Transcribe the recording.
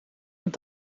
het